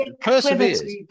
perseveres